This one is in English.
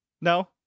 No